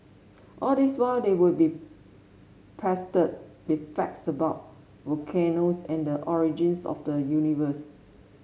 all this while they would be pestered with facts about volcanoes and the origins of the universe